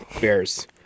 Bears